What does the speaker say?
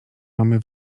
mamy